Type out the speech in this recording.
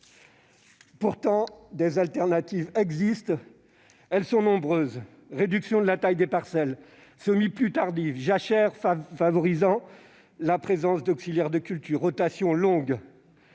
Pourtant, d'autres solutions existent, et elles sont nombreuses : réduction de la taille des parcelles ; semis plus tardifs ; jachères favorisant la présence d'auxiliaires des cultures ; rotations longues